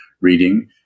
reading